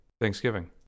Thanksgiving